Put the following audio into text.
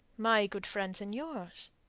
my good friends and yours.